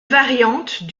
variante